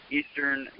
eastern